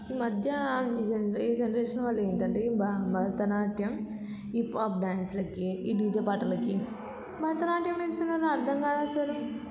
ఈమధ్య generation generation వాళ్ళు ఏంటంటే భరతనాట్యం హిప్ హాప్ డాన్స్లకి ఈ డీజే పాటలకి భరతనాట్యం వేస్తున్నారు అర్థం కాదు అసలు